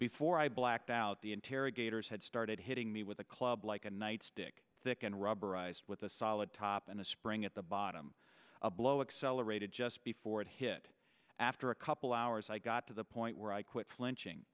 before i blacked out the interrogators had started hitting me with a club like a nightstick thick and rubberized with a solid top and a spring at the bottom a blow accelerated just before it hit after a couple hours i got to the point where i quit flinching